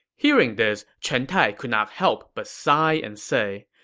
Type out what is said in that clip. hearing this, chen tai could not help but sigh and say,